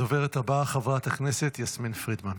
הדוברת הבאה, חברת הכנסת יסמין פרידמן.